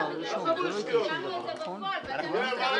לא, אבל בפועל --- תן לי גם לדבר.